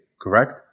correct